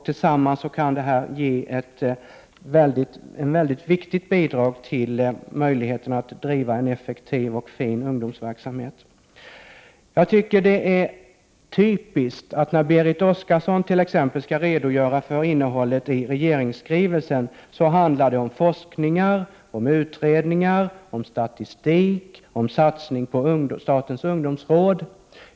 Tillsammans kan det ge ett mycket viktigt bidrag till möjligheterna att driva en effektiv och fin ungdomsverksamhet. Jag tycker att det är typiskt att när Berit Oscarsson skall redogöra för t.ex. innehållet i regeringsskrivelsen, talar hon om forskning, utredningar, statistik och satsning på statens ungdomsråd.